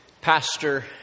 pastor